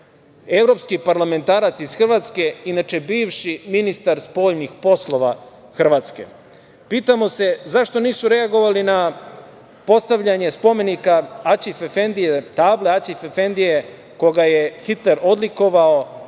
evropski parlamentarac iz Hrvatske, inače bivši ministar spoljnih poslova Hrvatske. Pitamo se zašto nisu reagovali na postavljanje table Aćif Efendije koga je Hitler odlikovao,